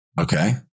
Okay